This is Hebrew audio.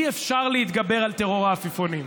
אי-אפשר להתגבר על טרור העפיפונים.